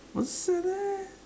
!wah! sad leh